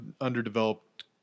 underdeveloped